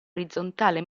orizzontale